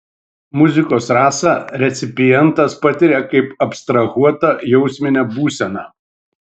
muzikos rasą recipientas patiria kaip abstrahuotą jausminę būseną